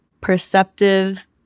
perceptive